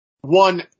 One